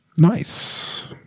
Nice